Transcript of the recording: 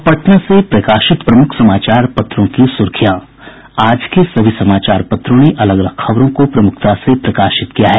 अब पटना से प्रकाशित प्रमुख समाचार पत्रों की सुर्खियां आज के सभी समाचार पत्रों ने अलग अलग खबरों को प्रमुखता से प्रकाशित किया है